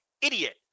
idiot